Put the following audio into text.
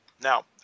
Now